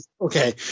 okay